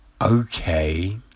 okay